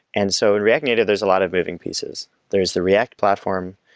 and so in react native, there's a lot of moving pieces there's the react platform,